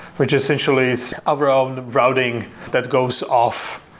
which essentially is overall routing that goes off.